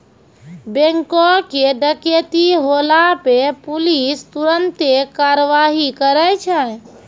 बैंको के डकैती होला पे पुलिस तुरन्ते कारवाही करै छै